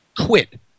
quit